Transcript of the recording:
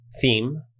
theme